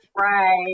Right